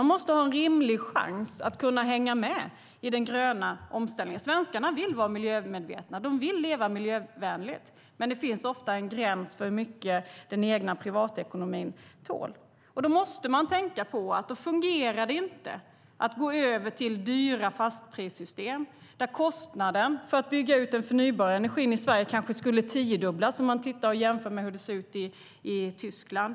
Man måste ha en rimlig chans att kunna hänga med i den gröna omställningen. Svenskarna vill vara miljömedvetna och vill leva miljövänligt. Men det finns ofta en gräns för hur mycket den egna privatekonomin tål. Därför måste man tänka på att det inte fungerar att gå över till dyra fastprissystem. Det skulle leda till att kostnaden för att bygga ut den förnybara energin i Sverige skulle kanske tiodubblas. Man kan jämföra med hur det ser ut i Tyskland.